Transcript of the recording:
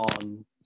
on